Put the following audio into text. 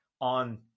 on